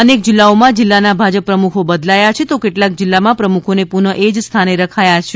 અનેક જિલ્લાઓમાં જિલ્લાના ભાજપ પ્રમુખો બદલાયા છે તો કેટલાક જિલ્લામાં પ્રમુખોને પુનઃ એ જ સ્થાને રખાયા છે